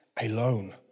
alone